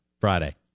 Friday